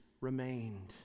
remained